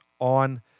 on